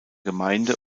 gemeinde